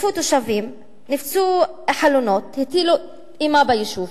תקפו תושבים, ניפצו חלונות, הטילו אימה ביישוב.